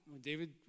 David